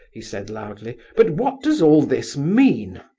he said, loudly, but what does all this mean?